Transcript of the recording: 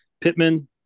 Pittman